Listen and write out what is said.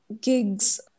gigs